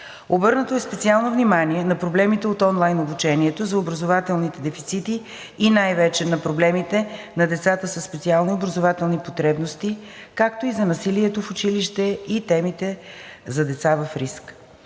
Обърнато е специално внимание на проблемите от онлайн обучението, за образователните дефицити и най-вече на проблемите на децата със специални образователни потребности, за насилието в училище и темата за деца в риск.